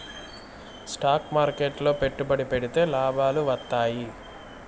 stock మార్కెట్లు లో పెట్టుబడి పెడితే లాభాలు వత్తాయి